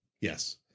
yes